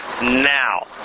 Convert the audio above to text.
now